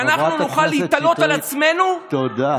חברת הכנסת שטרית, תודה.